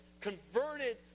converted